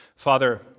Father